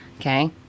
okay